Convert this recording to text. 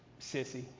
sissy